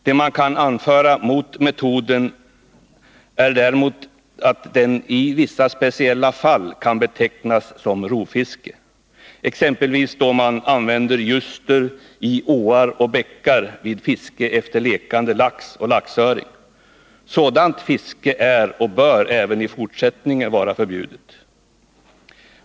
Det man kan anföra mot metoden är att den i vissa speciella fall kan betecknas som rovfiske, exempelvis då man använder ljuster i åar och bäckar vid fiske efter lekande lax och laxöring. Sådant fiske är och bör även i fortsättningen vara förbjudet.